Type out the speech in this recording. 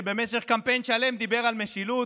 שבמשך קמפיין שלם דיבר על משילות.